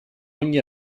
ogni